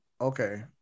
okay